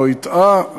לא הטעה,